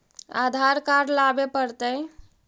आधार card लाबे पड़तै?